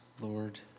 Lord